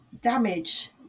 damage